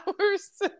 hours